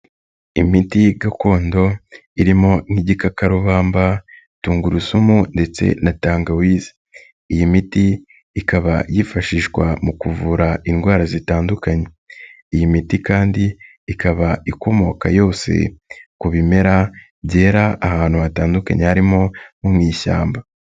Imiti gakondo irimo nk'igikakarubamba, tungurusumu ndetse na tangawize, iyi miti ikaba yifashishwa mu kuvura indwara zitandukanye, iyi miti kandi ikaba ikomoka yose ku bimera byera ahantu hatandukanye harimo nko mu ishyamba.